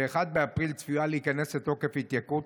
ב-1 באפריל צפויה להיכנס לתוקף התייקרות